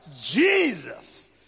Jesus